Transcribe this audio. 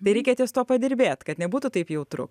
tai reikia ties tuo padirbėt kad nebūtų taip jautru